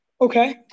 Okay